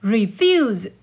Refuse